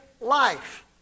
life